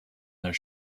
their